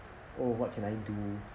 oh what can I do